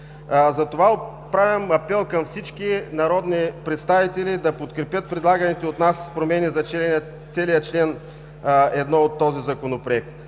Затова отправям апел към всички народни представители да подкрепят предлаганите от нас промени за целия чл. 1 от този Законопроект.